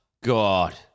God